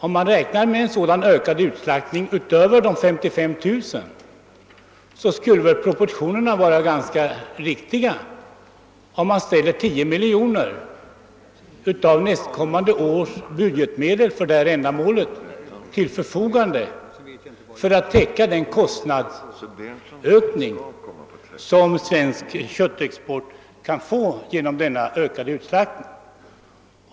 Om man räknar med en sådan ökad utslaktning utöver de 55 000, skulle proportionerna bli ganska riktiga, om man ställer 10 miljoner kronor av nästkommande års budgetmedel till förfogande för att täcka den kostnads ökning som Svensk kötthandel kan få genom denna ökade utslaktning.